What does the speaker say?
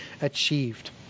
achieved